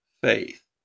faith